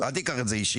אל תיקח את זה אישית.